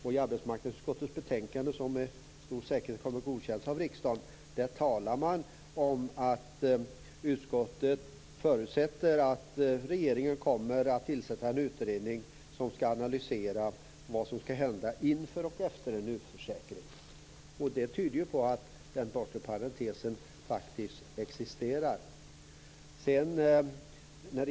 I arbetsmarknadsutskottets betänkande, som med stor säkerhet kommer att godkännas av riksdagen, talas det om att utskottet förutsätter att regeringen kommer att tillsätta en utredning som skall analysera vad som skall hända inför och efter en utförsäkring. Det tyder på att den bortre parentesen faktiskt existerar.